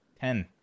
ten